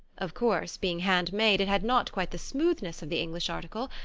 of course, being hand-made, it had not quite the smoothness of the english article,